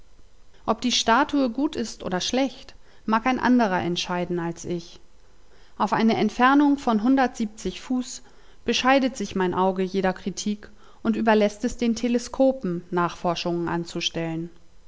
ob die statue gut ist oder schlecht mag ein anderer entscheiden als ich auf eine entfernung von hundert fuß bescheidet sich mein auge jeder kritik und überläßt es den teleskopen nachforschungen anzustellen